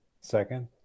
Second